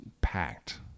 packed